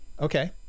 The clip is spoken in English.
okay